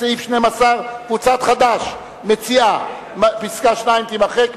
סעיף 12, קבוצת חד"ש מציעה כי פסקה (2) תימחק.